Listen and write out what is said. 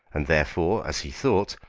and therefore, as he thought,